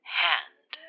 hand